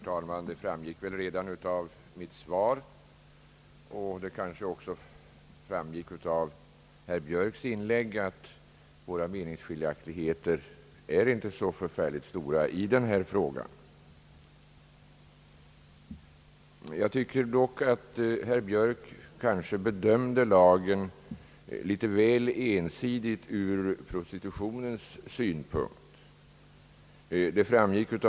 Herr talman! Det framgick väl redan av mitt svar, och kanske även av herr Björks inlägg, att våra meningsskiljaktigheter i denna fråga inte är så förfärligt stora. Jag tycker dock att herr Björk kanske bedömde lagen litet väl ensidigt med avseende på dess tilllämplighet på prostitutionen.